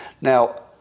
Now